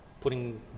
putting